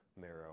marrow